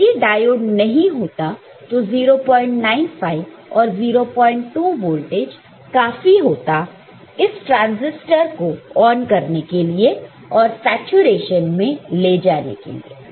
तो यदि डायोड नहीं होता तो 095 और 02 वोल्टेज काफी होता इस ट्रांसिस्टर को ऑन करने के लिए और सैचुरेशन में ले जाने के लिए